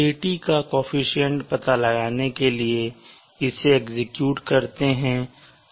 Kt के coefficient का पता लगाने के लिए इसे एक्सक्यूट करते हैं